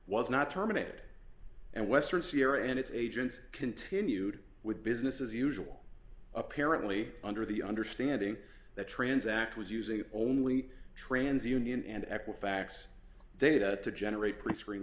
was not terminated and western sphere and its agents continued with business as usual apparently under the understanding that trans act was using only trans union and equifax data to generate prescreen